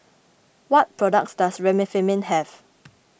what products does Remifemin have